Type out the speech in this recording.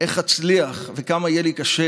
איך אצליח, וכמה יהיה לי קשה